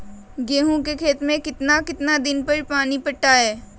गेंहू के खेत मे कितना कितना दिन पर पानी पटाये?